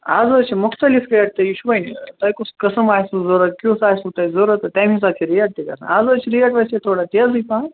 اَز حظ چھِ مختلف ریٹہٕ تہٕ یہِ چھُ وۄنۍ ٲں تۄہہِ کُس قٕسم آسوٕ ضروٗرت کیُتھ آسوٕ تۄہہِ ضروٗرت تہٕ تَمی حِساب چھِ ریٹ تہِ گَژھان اَز حظ چھِ ریٹ ویسے تھوڑا تیزٕے پَہَم